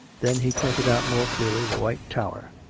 then he pointed out more clearly the white tower.